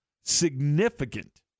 significant